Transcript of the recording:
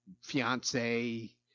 fiance